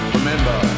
Remember